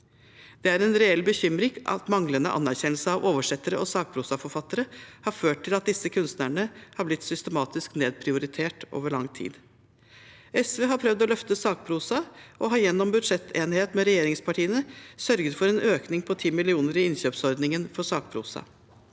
Det er en reell bekymring at manglende anerkjennelse av oversettere og sakprosaforfattere har ført til at disse kunstnerne har blitt systematisk nedprioritert over lang tid. SV har prøvd å løfte sakprosa, og har gjennom budsjettenighet med regjeringspartiene sørget for en økning på 10 mill. kr i innkjøpsordningen for sakprosa.